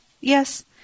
yes